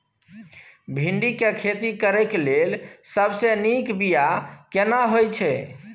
भिंडी के खेती करेक लैल सबसे नीक बिया केना होय छै?